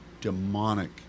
demonic